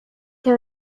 que